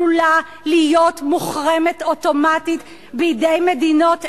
עלולה להיות מוחרמת אוטומטית בידי מדינות אירופה.